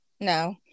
no